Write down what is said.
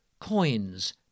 Coins